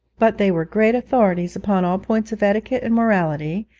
but they were great authorities upon all points of etiquette and morality,